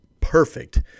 perfect